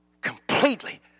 completely